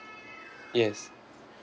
yes